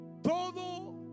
Todo